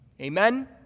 Amen